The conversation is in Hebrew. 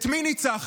את מי ניצחתם?